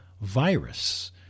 virus